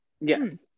yes